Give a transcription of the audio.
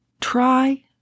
Try